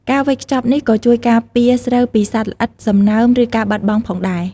ការវេចខ្ចប់នេះក៏ជួយការពារស្រូវពីសត្វល្អិត សំណើម ឬការបាត់បង់ផងដែរ។